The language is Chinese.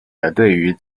对于